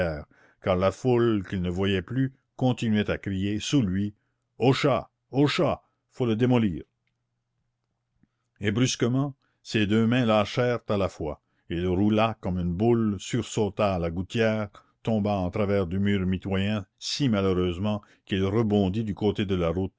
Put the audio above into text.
car la foule qu'il ne voyait plus continuait à crier sous lui au chat au chat faut le démolir et brusquement ses deux mains lâchèrent à la fois il roula comme une boule sursauta à la gouttière tomba en travers du mur mitoyen si malheureusement qu'il rebondit du côté de la route